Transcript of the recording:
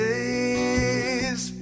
Days